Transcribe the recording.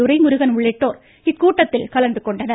துரைமுருகன் உள்ளிட்டோர் இக்கூட்டத்தில் கலந்கொண்டனர்